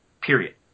period